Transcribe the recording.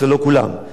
הרבה מאוד לא.